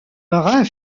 marin